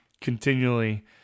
continually